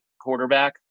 quarterback